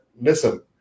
listen